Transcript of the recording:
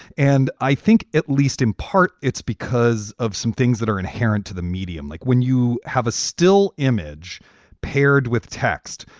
and i think at least in part, it's because of some things that are inherent to the medium, like when you have a still image paired with text,